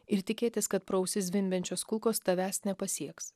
ir tikėtis kad pro ausis zvimbiančios kulkos tavęs nepasieks